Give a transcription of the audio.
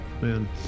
man